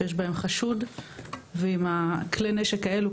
שיש בהם חשוד ועם הכלי נשק האלו,